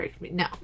No